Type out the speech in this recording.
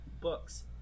books